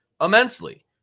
immensely